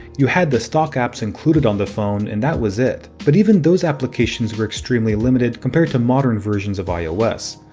you had the stock apps included on the phone, and that was it. but even those applications were extremely limited compared to modern versions of ios.